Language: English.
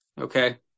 Okay